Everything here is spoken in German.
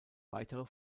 weitere